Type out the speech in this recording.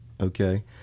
Okay